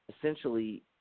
essentially